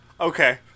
Okay